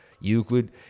Euclid